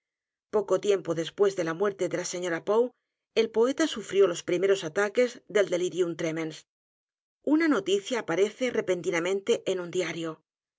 poco tiempo después de la muerte de la señora poe el poeta sufrió los p r i meros ataques del delirium tremens una noticia aparece repentinamente en u n diario